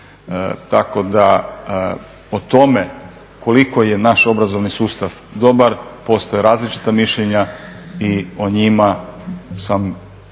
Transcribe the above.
Tako da o tome koliko je naš obrazovni sustav dobar, postoje različita mišljenja i o njima sam